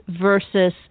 versus